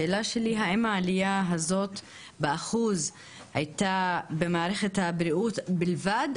השאלה שלי היא האם העלייה הזאת באחוז היתה במערכת הבריאות בלבד,